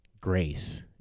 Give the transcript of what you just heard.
grace